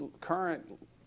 current